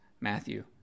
Matthew